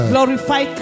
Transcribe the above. Glorify